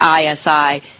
ISI